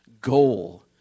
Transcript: goal